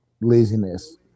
laziness